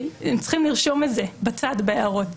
הם צריכים לרשום את זה בצד בהערות.